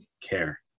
care